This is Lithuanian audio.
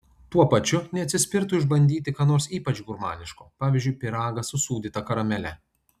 tuo pačiu neatsispirtų išbandyti ką nors ypač gurmaniško pavyzdžiui pyragą su sūdyta karamele